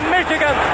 Michigan